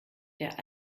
der